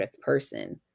person